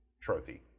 trophy